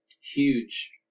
huge